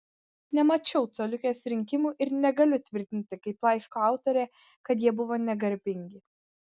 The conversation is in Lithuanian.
nemačiau coliukės rinkimų ir negaliu tvirtinti kaip laiško autorė kad jie buvo negarbingi